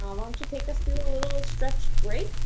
um why don't you take us through a little stretch break?